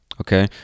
Okay